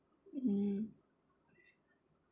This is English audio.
mm